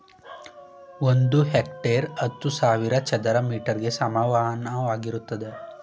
ಒಂದು ಹೆಕ್ಟೇರ್ ಹತ್ತು ಸಾವಿರ ಚದರ ಮೀಟರ್ ಗೆ ಸಮಾನವಾಗಿರುತ್ತದೆ